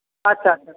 আচ্ছা আচ্ছা